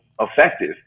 effective